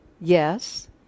yes